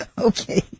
Okay